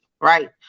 right